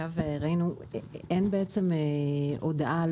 אין הודעה.